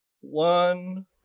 one